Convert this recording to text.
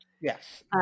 Yes